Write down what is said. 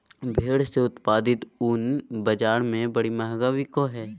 भेड़ से उत्पादित ऊन बाज़ार में बड़ी महंगा बिको हइ